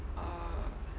err